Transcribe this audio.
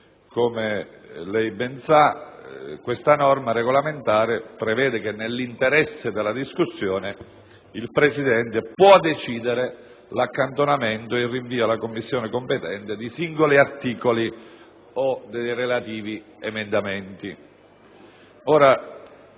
Come lei ben sa, questa norma regolamentare prevede che «nell'interesse della discussione, il Presidente può decidere l'accantonamento e il rinvio alla competente Commissione di singoli articoli e dei relativi emendamenti».